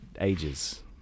ages